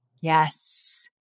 Yes